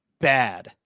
bad